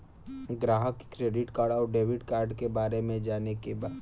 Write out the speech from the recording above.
ग्राहक के credit card और डेविड कार्ड के बारे में जाने के बा?